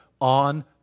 On